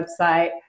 website